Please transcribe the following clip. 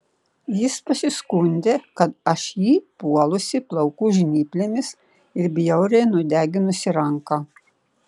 jis pasiskundė kad aš jį puolusi plaukų žnyplėmis ir bjauriai nudeginusi ranką